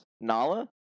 Nala